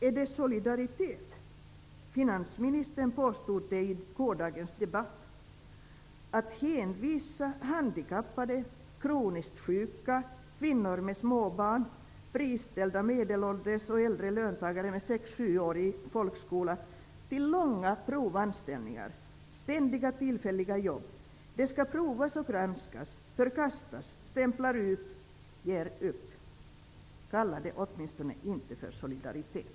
Är det solidaritet -- finansministern påstod det i gårdagens debatt -- att hänvisa handikappade, kroniskt sjuka, kvinnor med småbarn, friställda medelålders och äldre löntagare med 6--7-årig folkskola bakom sig till långa provanställningar och tillfälliga jobb. Dessa människor skall prövas, granskas, förkastas och stämplas ut tills de ger upp. Kalla det åtminstonen inte för solidaritet!